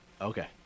Okay